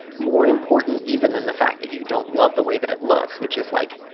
more important even than the fact that you don't love the way that it looks, which is like.